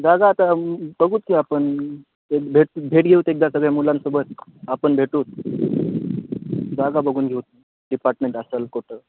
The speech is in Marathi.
जागा आता बघूत की आपण भेट भेट घेऊत एकदा सगळ्या मुलांसोबत आपण भेटूत जागा बघून घेऊ डिपार्टमेंट असाल कुठं